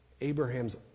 Abraham's